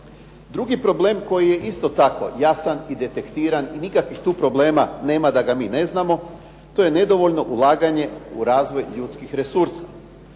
Drugi problem koji je isto tako jasan i detektiran i nikakvih tu problema nema da ga mi ne znamo. To je nedovoljno ulaganje u razvoj ljudskih resursa,